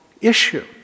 issue